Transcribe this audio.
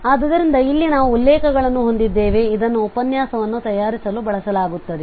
ಆದ್ದರಿಂದ ಇಲ್ಲಿ ನಾವು ಉಲ್ಲೇಖಗಳನ್ನು ಹೊಂದಿದ್ದೇವೆ ಅದನ್ನು ಉಪನ್ಯಾಸವನ್ನು ತಯಾರಿಸಲು ಬಳಸಲಾಗುತ್ತದೆ